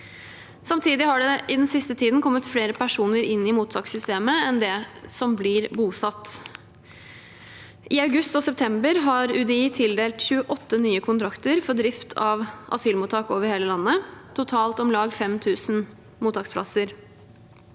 Samtidig har det i den siste tiden kommet flere personer inn i mottakssystemet enn det som er blitt bosatt. I august og september har UDI tildelt 28 nye kontrakter for drift av asylmottak over hele landet, totalt om lag 5 000 mottaksplasser.